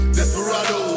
Desperado